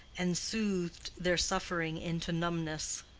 and soothed their suffering into dumbness.